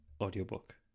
audiobook